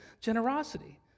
generosity